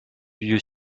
vieux